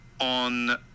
on